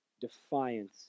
defiance